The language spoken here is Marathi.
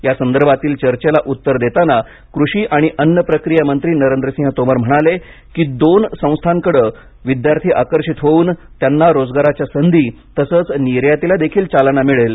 यासंदर्भातील चर्चेला उत्तर देताना कृषी आणि अन्न प्रक्रिया मंत्री नरेंद्र सिंह तोमर म्हणाले की दोन संस्थांकडे विद्यार्थी आकर्षित होवून त्यांना रोजगाराच्या संधी तसच निर्यातीलादेखील चालना मिळेल